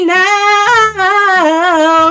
now